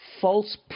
false